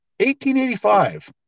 1885